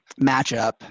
matchup